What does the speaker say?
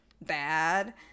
bad